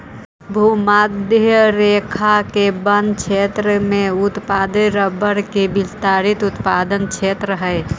भूमध्य रेखा के वन क्षेत्र में उत्पादित रबर के विस्तृत उत्पादन क्षेत्र हइ